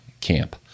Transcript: camp